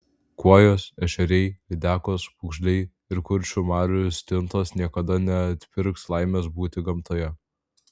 kuojos ešeriai lydekos pūgžliai ir kuršių marių stintos niekada neatpirks laimės būti gamtoje